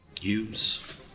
Use